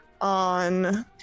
on